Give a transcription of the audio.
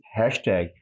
hashtag